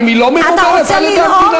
האם היא לא ממומנת על-ידי המדינה?